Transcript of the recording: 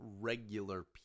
regular